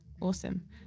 awesome